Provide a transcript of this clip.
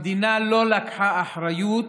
המדינה לא לקחה אחריות